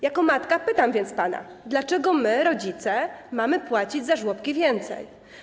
Jako matka pytam więc pana: Dlaczego my, rodzice, mamy płacić za żłobki więcej?